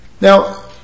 Now